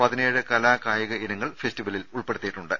പതിനേഴ് കലാ കായിക ഇനങ്ങൾ ഫെസ്റ്റിൽ ഉൾപ്പെടുത്തിയിട്ടുണ്ട്